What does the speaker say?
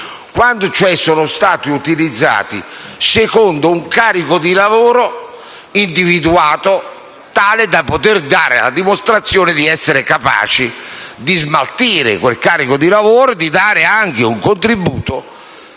quando cioè sono stati utilizzati secondo un carico di lavoro individuato, tale da poter dare la dimostrazione di essere capaci di smaltirlo e di dare il loro contributo.